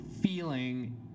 feeling